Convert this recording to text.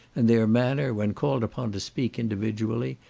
and their manner, when called upon to speak individually,